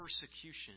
persecution